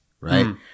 right